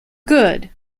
good